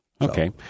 Okay